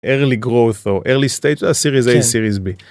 ארלי גרוס או ארלי סטייטל סיריז אי סיריז בי.